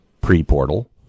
pre-portal